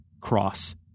cross